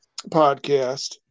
podcast